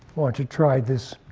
want to try this